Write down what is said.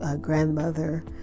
grandmother